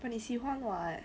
but 你喜欢 [what]